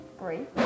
great